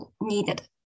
needed